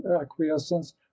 acquiescence